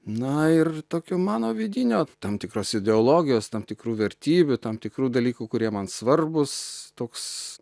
na ir tokio mano vidinio tam tikros ideologijos tam tikrų vertybių tam tikrų dalykų kurie man svarbūs toks